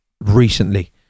recently